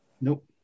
Nope